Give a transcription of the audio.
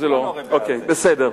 בסדר.